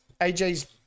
AJ's